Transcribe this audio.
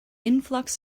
influx